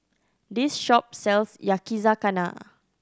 this shop sells Yakizakana